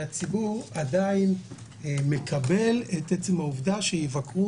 מהציבור עדיין מקבל את עצם העובדה שיבקרו